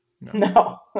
No